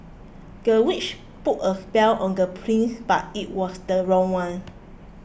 the witch put a spell on the prince but it was the wrong one